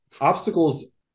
Obstacles